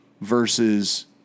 versus